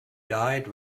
died